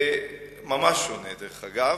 ממש שונה, דרך אגב.